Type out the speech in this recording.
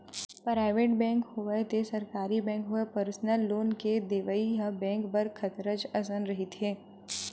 private bank होवय ते सरकारी बेंक होवय परसनल लोन के देवइ ह बेंक बर खतरच असन रहिथे